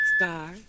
star